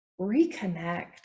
reconnect